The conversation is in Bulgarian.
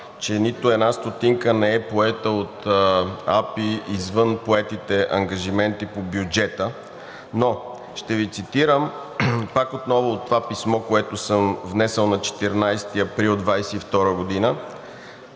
че нито една стотинка не е поета от АПИ извън поетите ангажименти по бюджета. Но ще Ви цитирам отново това писмо, което съм внесъл на 14 април 2022 г.